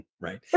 right